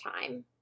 time